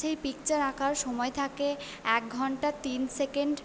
সেই পিকচার আঁকার সময় থাকে এক ঘন্টা তিন সেকেন্ড